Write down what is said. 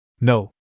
No